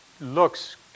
looks